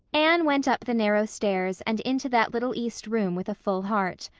anne went up the narrow stairs and into that little east room with a full heart.